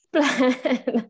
Plan